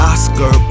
Oscar